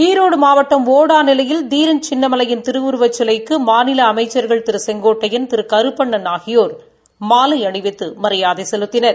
ஈரோடு மாவட்டம் ஒடாநிலையில் தீரன் சின்னமலையின் திருவுருவச் சிலைக்கு மாநில அமைச்சா்கள் திரு செங்கோட்டையன் திரு கருப்பணன் ஆகியோர் மாலை அணிவித்து மரியாதை செலுத்தினர்